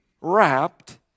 wrapped